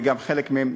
וגם חלק מהם,